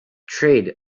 tread